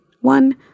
One